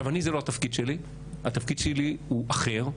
אני, זה לא התפקיד שלי, התפקיד שלי הוא אחר.